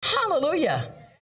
Hallelujah